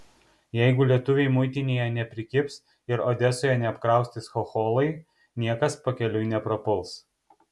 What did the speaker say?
jeigu lietuviai muitinėje neprikibs ir odesoje neapkraustys chocholai niekas pakeliui neprapuls